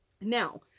Now